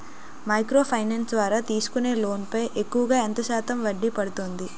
Micro finance ద్వారా తీసుకునే loan పై ఎక్కువుగా ఎంత శాతం వడ్డీ పడుతుంది?